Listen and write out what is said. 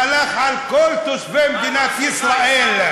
והלך על כל תושבי מדינת ישראל.